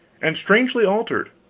and strangely altered.